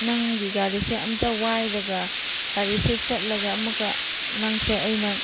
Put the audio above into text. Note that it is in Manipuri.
ꯅꯪꯒꯤ ꯒꯥꯔꯤꯁꯦ ꯑꯃꯇ ꯋꯥꯏꯔꯒ ꯒꯥꯔꯤꯁꯦ ꯆꯠꯂꯒ ꯑꯃꯨꯛꯀ ꯅꯪꯁꯦ ꯑꯩꯅ